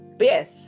yes